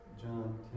John